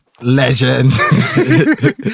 Legend